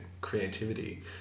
creativity